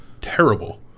terrible